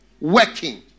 working